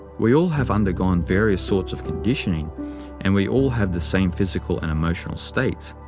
we all have undergone various sorts of conditioning and we all have the same physical and emotional states,